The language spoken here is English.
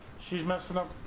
she messed up